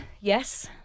yes